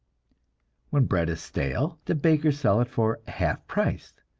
when bread is stale, the bakers sell it for half price,